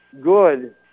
good